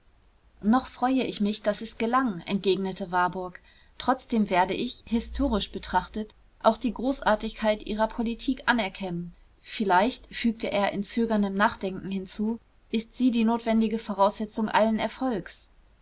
noch freue ich mich daß es gelang entgegnete warburg trotzdem werde ich historisch betrachtet auch die großartigkeit ihrer politik anerkennen vielleicht fügte er in zögerndem nachdenken hinzu ist sie die notwendige voraussetzung allen erfolgs